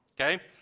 Okay